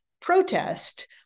protest